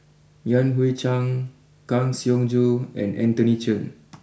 Yan Hui Chang Kang Siong Joo and Anthony Chen